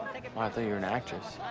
like um i thought you were an actress.